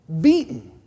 beaten